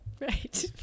right